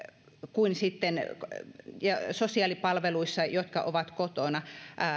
kuin sosiaalipalveluissa jotka ovat kotona